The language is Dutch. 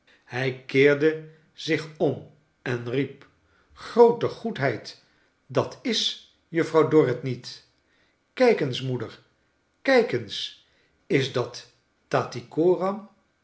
hij keerde zich om en riep groote goedheid dat is juffrouw dorrit niet kijk eens moeder kijk eens is dat tattycoram